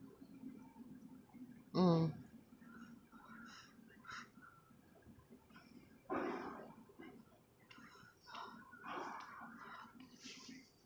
mm